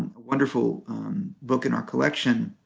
a wonderful book in our collection,